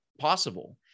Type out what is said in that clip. possible